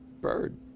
Bird